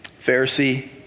Pharisee